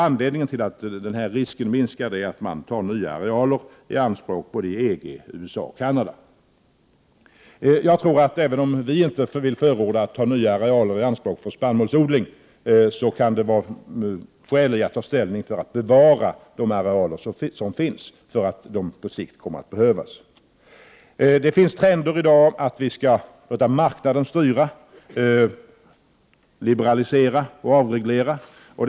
Anledningen till att denna risk minskar är att man tar nya arealer i anspråk såväl i EG som i USA och Canada. Även om vi inte vill förorda att man tar nya arealer i anspråk för spannmålsodling, kan det vara skäl i att ta ställning för att bevara de arealer som finns, därför att de på sikt kommer att behövas. Det finns trender i dag mot att vi skall låta marknaden styra, mot liberalisering och avreglering.